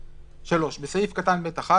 (3)בסעיף קטן (ב)(1),